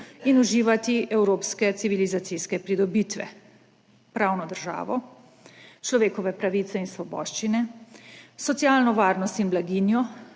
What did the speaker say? in uživati evropske civilizacijske pridobitve – pravno državo, človekove pravice in svoboščine, socialno varnost in blaginjo,